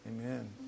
amen